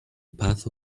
path